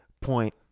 point